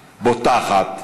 בוטחת,